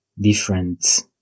different